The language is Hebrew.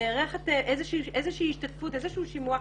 האם נערכת איזושהי השתתפות, איזשהו שימוע.